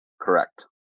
Correct